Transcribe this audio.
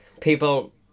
people